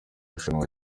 rushanwa